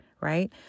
right